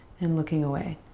and looking away.